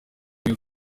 umwe